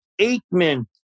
Aikman